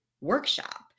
workshop